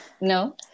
No